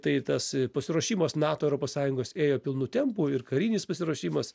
tai tas pasiruošimas nato europos sąjungos ėjo pilnu tempu ir karinis pasiruošimas